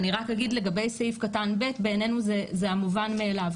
לגבי סעיף קטן ב, בעניינו זה המובן מאליו.